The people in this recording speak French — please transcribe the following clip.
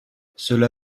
cela